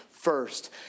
first